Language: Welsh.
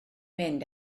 mynd